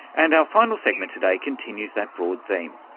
and our final segment today continues that broad theme.